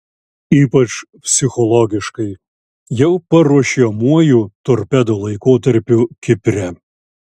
ypač psichologiškai jau paruošiamuoju torpedo laikotarpiu kipre